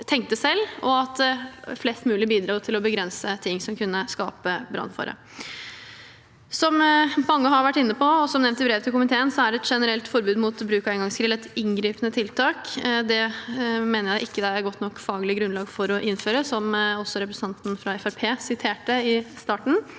og at flest mulig bidro til å begrense ting som kunne skape brannfare. Som mange har vært inne på, og som nevnt i brevet til komiteen, er et generelt forbud mot bruk av engangsgrill et inngripende tiltak som jeg mener det ikke er godt nok faglig grunnlag for å innføre, noe også representanten fra Fremskrittspartiet